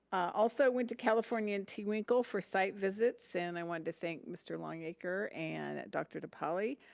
also went to california and tewinkle for site visits and i wanted to thank mr. longacre and dr. dipali.